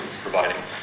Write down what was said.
providing